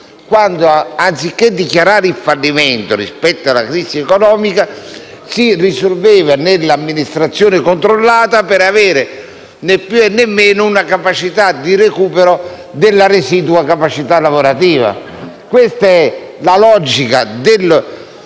quando, anziché dichiarare il fallimento rispetto alla crisi economica, risolveva la situazione con l'amministrazione controllata per avere, né più né meno, una possibilità di recupero della residua capacità lavorativa. Questa è la logica del disegno